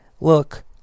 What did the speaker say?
look